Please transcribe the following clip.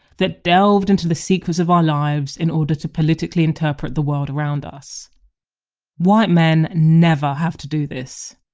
that delved into the secrets of our lives in order to politically interpret the world around us white men never have to do this.